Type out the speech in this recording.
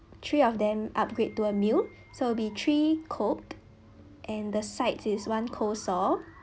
three of them upgrade to a meal so it'll be three cokes and the sides is one coleslaw